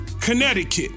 connecticut